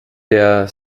der